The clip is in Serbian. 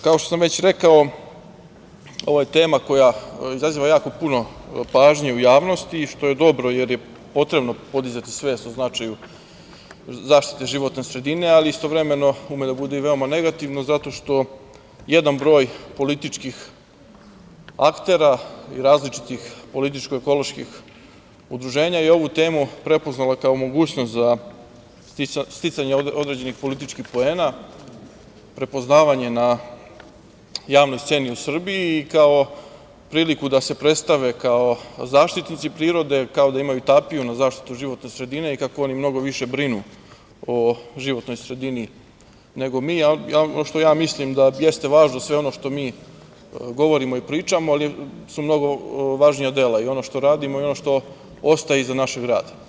Kao što sam već rekao, ovo je tama koja izaziva jako puno pažnje u javnosti i što je dobro, jer je potrebno podizati svest o značaju zaštite životne sredine, ali istovremeno, ume da bude i veoma negativno, zato što jedan broj političkih aktera, različitih političko ekoloških udruženja i ovu temu je prepoznala, kao mogućnost za sticanje određenih političkih poena, prepoznavanje na javnoj sceni u Srbiji i kao priliku da se predstave kao zaštitnici prirode, kao da imaju tapiju na zaštitu životne sredine, i kako oni mnogo više brinu o životnoj sredini nego mi, ali ono što ja mislim da jeste važnoc da sve ono što mi govorimo i pričamo, ali su mnogo važnija dela i ono što radimo i ono što ostaje iza našeg rada.